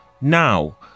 Now